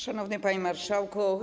Szanowny Panie Marszałku!